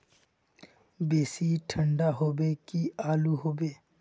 बेसी ठंडा होबे की आलू होबे